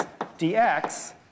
dx